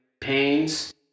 pains